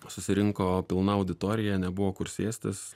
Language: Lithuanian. susirinko pilna auditorija nebuvo kur sėstis